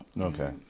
okay